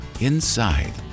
Inside